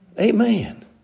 Amen